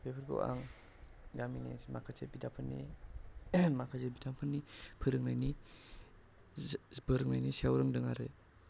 बेफोरखौ आं गामिनि माखासे बिदाफोरनि माखासे बिदाफोरनि फोरोंनायनि फोरोंनायनि सायाव रोंदों आरो